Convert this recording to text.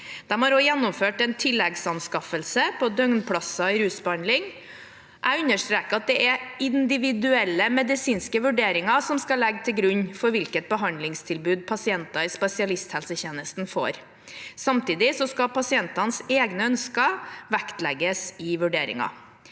De har også gjennomført en tilleggsanskaffelse av døgnplasser i rusbehandling. Jeg understreker at det er individuelle medisinske vurderinger som skal ligge til grunn for hvilket behandlingstilbud pasienter i spesialisthelsetjenesten får. Samtidig skal pasientenes egne ønsker vektlegges i vurderingen.